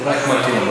הוא רק מתון.